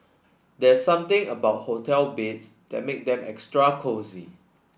there's something about hotel beds that make them extra cosy